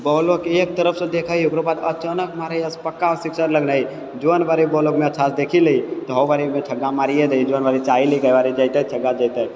बॉलोके एक तरफसँ देखैय ओकरो बाद अचानक मारैय पक्का सिक्सर लगनाइ जौनवला बॉलर अच्छा देखेलीह तेहुपर एक बेर छक्का मारियै दैयै जौन भरि चाहि लैते छक्का जेतै